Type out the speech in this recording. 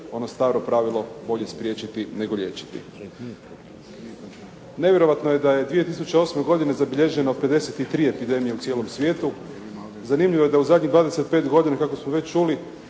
ono staro pravilo, bolje spriječiti, nego liječiti. Nevjerojatno je da je 2008. godine zabilježeno 53 epidemije u cijelom svijetu. Zanimljivo je da je u zadnjih 25 godina kako smo već čuli